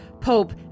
Pope